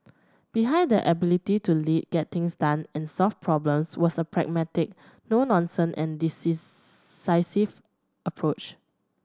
behind their ability to lead get things done and solve problems was a pragmatic no nonsense and approach